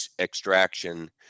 extraction